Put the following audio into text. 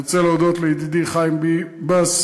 אני רוצה להודות לידידי חיים ביבס,